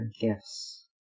gifts